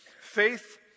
Faith